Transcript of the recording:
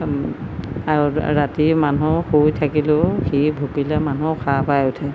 আৰু ৰাতি মানুহ শুই থাকিলেও সি ভুকিলে মানুহ সাৰ পাই উঠে